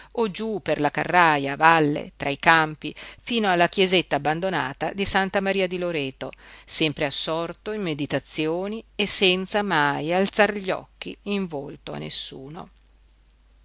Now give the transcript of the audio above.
o giú per la carraja a valle tra i campi fino alla chiesetta abbandonata di santa maria di loreto sempre assorto in meditazioni e senza mai alzar gli occhi in volto a nessuno